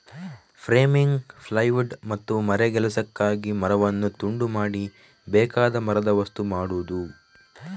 framing, plywood ಮತ್ತು ಮರಗೆಲಸಕ್ಕಾಗಿ ಮರವನ್ನು ತುಂಡು ಮಾಡಿ ಬೇಕಾದ ಮರದ ವಸ್ತು ಮಾಡುದು